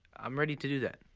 i'm ready to do that.